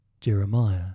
Jeremiah